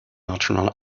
maternal